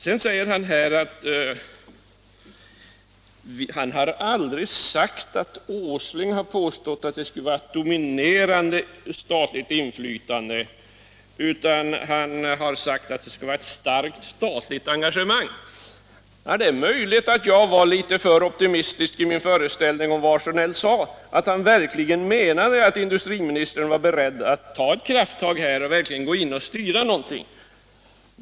Sedan säger herr Sjönell att han aldrig har sagt att herr Åsling har påstått att det skulle vara ett dominerande statligt inflytande, utan herr Åsling har sagt att det skall vara ett starkt statligt engagemang. Ja, det är möjligt att jag var litet för optimistisk i min föreställning om vad herr Sjönell sade — att han verkligen menade att industriministern var beredd att ta krafttag här och gå in och styra någonting.